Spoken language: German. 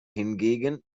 hingegen